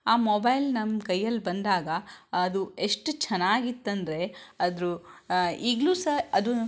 ಆ ಮೊಬೈಲ್ ನಮ್ಮ ಕೈಯಲ್ಲಿ ಬಂದಾಗ ಅದು ಎಷ್ಟು ಚೆನ್ನಾಗಿತ್ತಂದ್ರೆ ಅದು ಈಗಲೂ ಸಹ ಅದು